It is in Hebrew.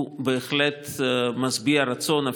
היא בהחלט משביעת רצון,